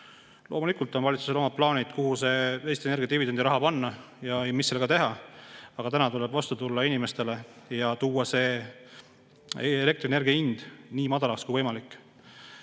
Loomulikult on valitsusel omad plaanid, kuhu Eesti Energia dividendiraha panna ja mis sellega teha. Aga täna tuleb vastu tulla inimestele ja teha elektrienergia hind nii madalaks kui võimalik.